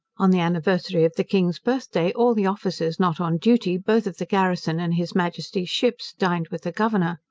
on the anniversary of the king's birthday all the officers not on duty, both of the garrison and his majesty's ships, dined with the governor.